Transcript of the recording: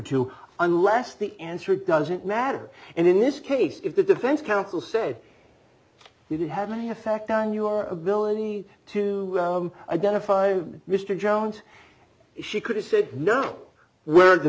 to unless the answer doesn't matter and in this case if the defense counsel said you didn't have an effect on your ability to identify mr jones she could've said no we're the